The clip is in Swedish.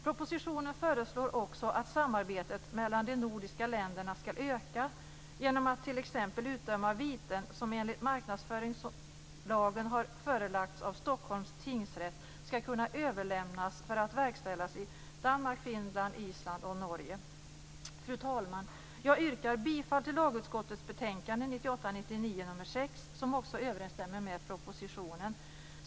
Propositionen föreslår också att samarbetet mellan de nordiska länderna skall öka genom att t.ex. utdömda viten som enligt marknadsföringslagen har förelagts av Stockholms tingsrätt skall kunna överlämnas för att verkställas i Danmark, Finland, Island och Fru talman! Jag yrkar bifall till hemställan i lagutskottets betänkande 1998/99 nr 6 som också överensstämmer med propositionen.